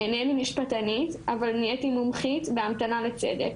אינני משפטנית, אבל נהייתי מומחית בהמתנה לצדק,